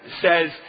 says